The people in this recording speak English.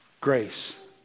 grace